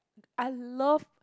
I love